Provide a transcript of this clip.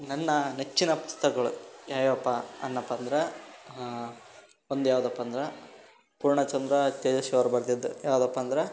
ನನ್ನ ನೆಚ್ಚಿನ ಪುಸ್ತಕಗಳು ಯಾವುಯಾವಪ್ಪ ಅನ್ನಪ್ಪ ಅಂದ್ರೆ ಒಂದು ಯಾವುದಪ್ಪ ಅಂದ್ರೆ ಪೂರ್ಣಚಂದ್ರ ತೇಜಸ್ವಿ ಅವ್ರು ಬರ್ದಿದ್ದು ಯಾವುದಪ್ಪ ಅಂದ್ರೆ